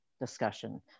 discussion